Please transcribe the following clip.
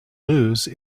lose